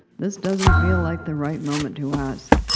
this doesn't feel like the right moment to ask,